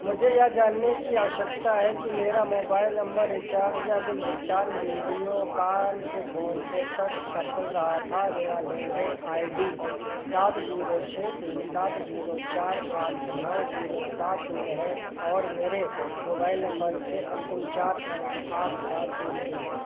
मुझे यह जानने की अवश्यकता है कि मेरा मोबाइल नंबर रिचार्ज या बिल भुगतान वीडियोकान से फोनपे तक सफल रहा था मेरा लेन देन आई डी सात जीरो छः तीन सात जीरो चार आठ नौ जीरो सात तीन है और मेरे मोबाइल नंबर के अंतिम चार अंक आठ सात तीन तीन हैं